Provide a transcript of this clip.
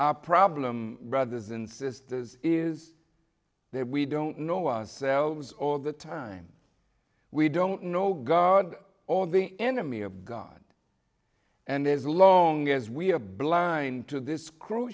our problem brothers and sisters is that we don't know us selves all the time we don't know god or the enemy of god and as long as we are blind to this cru